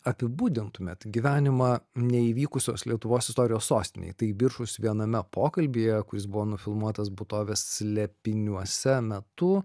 apibūdintumėt gyvenimą neįvykusios lietuvos istorijos sostinėje tai biržus viename pokalbyje kuris buvo nufilmuotas būtovės slėpiniuose metu